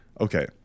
Okay